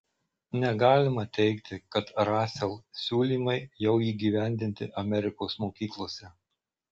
negalima teigti kad rasel siūlymai jau įgyvendinti amerikos mokyklose